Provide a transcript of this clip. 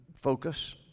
focus